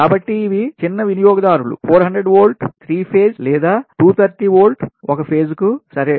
కాబట్టి ఇవి చిన్న వినియోగదారులు 400 వోల్ట్ 3 పేజ్ లేదా 230 వోల్ట్ ఒక ఫేజ్ కు సరే